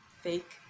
fake